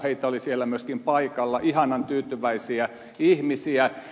heitä oli siellä myöskin paikalla ihanan tyytyväisiä ihmisiä